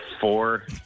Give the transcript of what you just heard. four